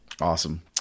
Awesome